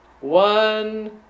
One